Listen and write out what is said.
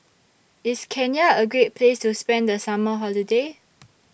IS Kenya A Great Place to spend The Summer Holiday